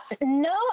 No